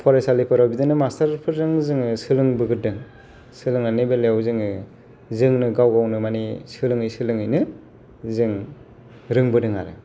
फरायसालिफ्राव बिदिनो जोङो मास्टारफोरजों जोंङो सोलोंबोगोरदों सोलोंनायनि बेलायाव जोंङो जोंनो गाव गावनो माने सोलोंङै सोलोंङैनो जों रोंबोदों आरो